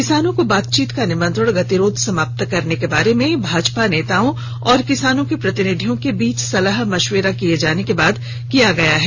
किसानों को बातचीत का निमंत्रण गतिरोध समाप्त करने के बारे में भाजपा नेताओं और किसानों के प्रतिनिधियों के बीच सलाह मशविरा किए जाने के बाद किया गया है